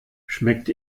schmeckt